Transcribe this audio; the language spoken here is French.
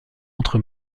entre